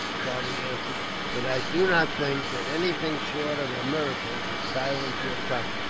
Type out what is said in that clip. charlie answered but i do not think that anything, short of a miracle, would silence your tongue.